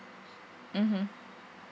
mmhmm